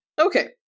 Okay